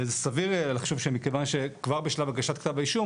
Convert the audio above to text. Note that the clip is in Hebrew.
סביר לחשוב שמכיוון שכבר בשלב הגשת כתב האישום